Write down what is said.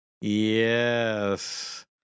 Yes